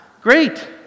Great